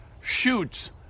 shoots